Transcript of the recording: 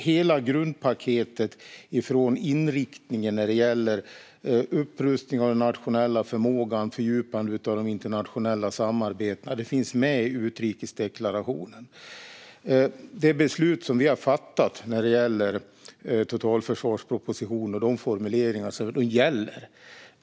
Hela grundpaketet med inriktningen när det gäller upprustning av den nationella förmågan och fördjupande av de internationella samarbetena finns med i utrikesdeklarationen. Det beslut som vi har fattat när det gäller totalförsvarspropositionen och de formuleringarna gäller.